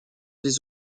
des